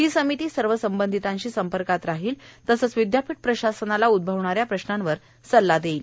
ही समिती सर्व संबंधितांशी संपर्कात राहील तसंच विद्यापीठ प्रशासनाला उदभवणा या प्रश्नांवर सल्ला देईल